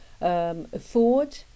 afford